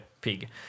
pig